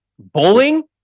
Bowling